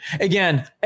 Again